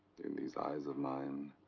in these eyes of mine.